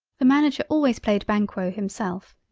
the manager always played banquo himself,